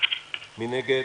מי נגד?